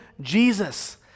Jesus